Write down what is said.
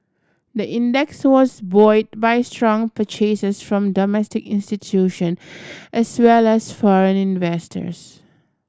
the index was buoyed by strong purchases from domestic institution as well as foreign investors